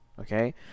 Okay